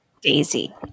Daisy